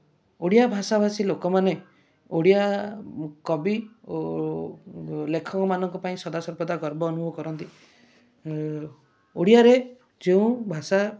ଓଡ଼ିଆ ଭାଷା ଭାଷି ଲୋକମାନେ ଓଡ଼ିଆ କବି ଓ ଲେଖକମାନଙ୍କ ପାଇଁ ସଦାସର୍ବଦା ଗର୍ବ ଅନୁଭବ କରନ୍ତି ଓଡ଼ିଆରେ ଯେଉଁ ଭାଷା